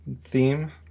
theme